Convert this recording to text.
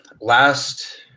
last –